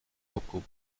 locaux